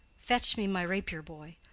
fetch me my rapier, boy.